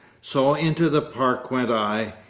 so into the park went i,